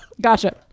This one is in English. gotcha